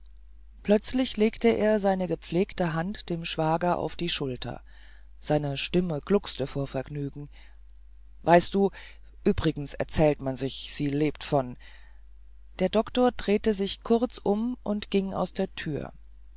plötzlich legte er seine gepflegte hand dem schwager auf die schulter seine stimme gluckste vor vergnügen weißt du übrigens erzählte man sich sie lebe von der doktor drehte sich kurz um und ging aus der tür